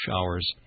showers